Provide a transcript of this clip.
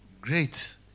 great